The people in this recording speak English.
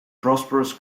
prosperous